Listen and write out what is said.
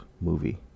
movie